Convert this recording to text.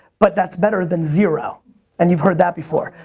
but that's better than zero and you've heard that before.